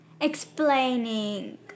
explaining